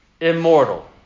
immortal